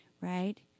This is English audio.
right